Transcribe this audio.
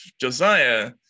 Josiah